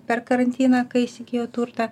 per karantiną kai įsigijo turtą